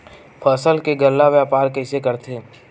फसल के गल्ला व्यापार कइसे करथे?